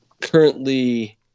currently